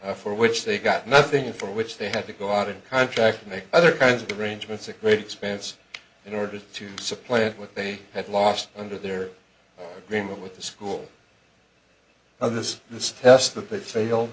m for which they got nothing for which they had to go out and contract to make other kinds of the arrangements a great expense in order to supplant what they had lost under their remit with the school on this this test that they fail